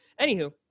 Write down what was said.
anywho